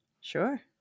Sure